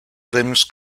premios